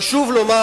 חשוב לומר,